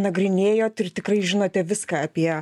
nagrinėjot ir tikrai žinote viską apie